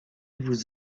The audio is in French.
vous